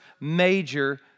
major